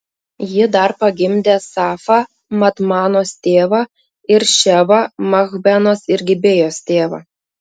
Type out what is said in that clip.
ji dar pagimdė safą madmanos tėvą ir ševą machbenos ir gibėjos tėvą